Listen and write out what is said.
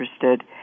interested